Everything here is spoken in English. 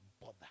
bother